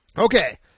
Okay